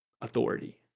authority